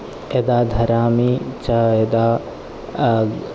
यदा धरमि च यदा